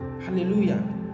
hallelujah